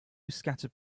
scattered